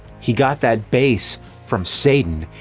he got that bass from satan,